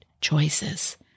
choices